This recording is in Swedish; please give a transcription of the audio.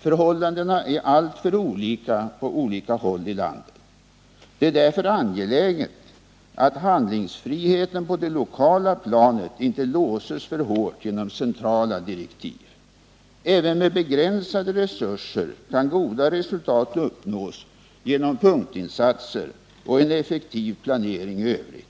Förhållandena är alltför olika på skilda håll i landet. Det är därför angeläget att handlingsfriheten på det lokala planet inte låses för hårt genom centrala direktiv. Även med begränsade resurser kan goda resultat uppnås genom punktinsatser och en effektiv planering i övrigt.